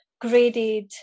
graded